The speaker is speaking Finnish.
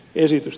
esitys